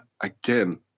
Again